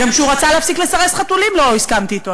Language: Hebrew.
גם כשהוא רצה להפסיק לסרס חתולים לא הסכמתי אתו,